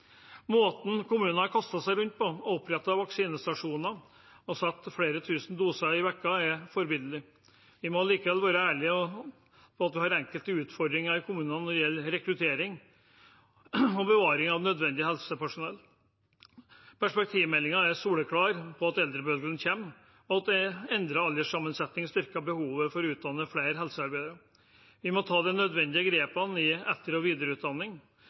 Måten kommuner har kastet seg rundt på og opprettet vaksinestasjoner og satt flere tusen doser i uken, er forbilledlig. Vi må likevel være ærlige om at vi har enkelte utfordringer i kommunene når det gjelder rekruttering og bevaring av nødvendig helsepersonell. Perspektivmeldingen er soleklar på at eldrebølgen kommer, og at endret alderssammensetning styrker behovet for å utdanne flere helsearbeidere. Vi må ta de nødvendige grepene i etter- og videreutdanning